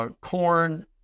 corn